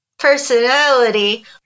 Personality